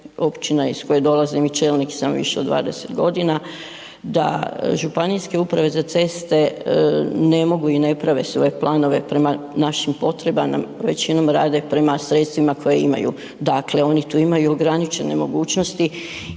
općina iz koje dolazim i čelnik sam više od 20 g., da ŽUC-ovi ne mogu i ne prave svoje planove prema našim potrebama, većinom rade prema sredstvima koje imaju, dakle oni tu imaju ograničene mogućnosti